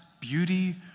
beauty